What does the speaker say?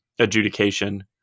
adjudication